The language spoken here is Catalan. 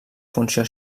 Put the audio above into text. funció